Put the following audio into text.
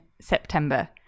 September